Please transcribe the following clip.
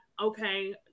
okay